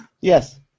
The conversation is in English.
yes